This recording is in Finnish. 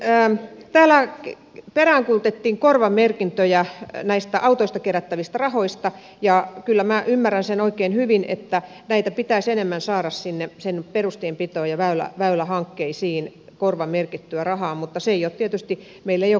sitten täällä peräänkuulutettiin korvamerkintöjä näistä autoista kerättävistä rahoista ja kyllä minä ymmärrän sen oikein hyvin että korvamerkittyä rahaa pitäisi enemmän saada sinne perus tienpitoon ja väylähankkeisiin mutta meillä ei ole korvamerkintäkäytäntöä